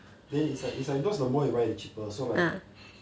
then it's like it's like those the more you buy the cheaper so like